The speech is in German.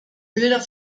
bilder